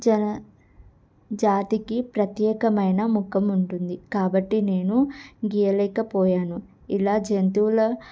జన జాతికి ప్రత్యేకమైన ముఖం ఉంటుంది కాబట్టి నేను గీయలేకపోయాను ఇలా జంతువుల